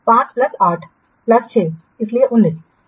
5 plus 8 plus 6 इसलिए 19 दिन